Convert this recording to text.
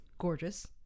gorgeous